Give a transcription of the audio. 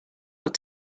what